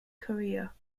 career